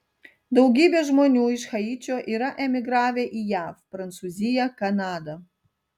daugybė žmonių iš haičio yra emigravę į jav prancūziją kanadą